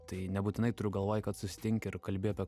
tai nebūtinai turiu galvoj kad susitinki ir kalbi apie kokias